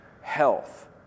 health